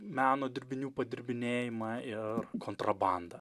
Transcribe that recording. meno dirbinių padirbinėjimą ir kontrabandą